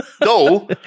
No